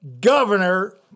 governor